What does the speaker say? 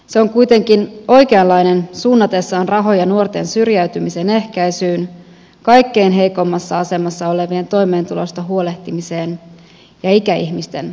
se on kuitenkin oikeanlainen suunnatessaan rahoja nuorten syrjäytymisen ehkäisyyn kaikkein heikoimmassa asemassa olevien toimeentulosta huolehtimiseen ja ikäihmisten hyvinvointiin